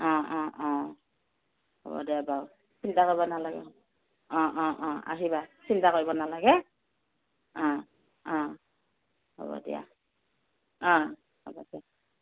অ অ অ হ'ব দিয়া বাৰু চিন্তা কৰিব নালাগে অ অ অ আহিবা চিন্তা কৰিব নালাগে অ অ হ'ব দিয়া অ হ'ব দিয়া